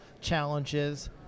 challenges